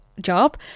job